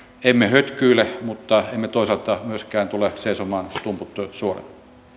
emme hötkyile mutta emme toisaalta myöskään tule seisomaan tumput suorana